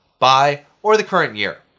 buy, or the current year.